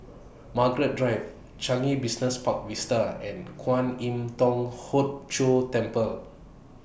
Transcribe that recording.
Margaret Drive Changi Business Park Vista and Kwan Im Thong Hood Cho Temple